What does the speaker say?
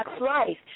life